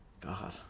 God